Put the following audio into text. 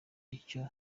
icyo